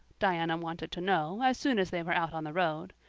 diana wanted to know, as soon as they were out on the road.